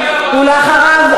ואחריו,